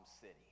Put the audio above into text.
City